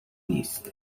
نیست